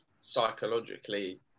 psychologically